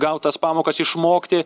gal tas pamokas išmokti